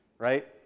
Right